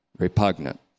Repugnant